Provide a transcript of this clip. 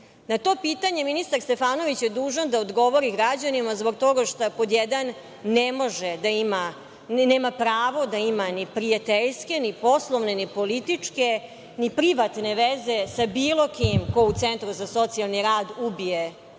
to pitanje ministar Stefanović je dužan da odgovori građanima zbog toga što, pod jedan, nema pravo da ima ni prijateljske, ni poslovne, ni političke, ni privatne veze sa bilo kim ko u centru za socijalni rad ubije